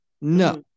No